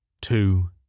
two